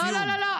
לא לא לא.